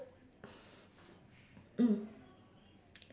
mm